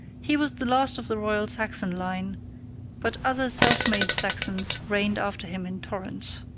he was the last of the royal saxon line but other self-made saxons reigned after him in torrents.